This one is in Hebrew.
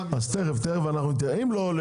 אנחנו מדברים גבוה,